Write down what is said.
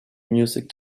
music